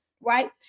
right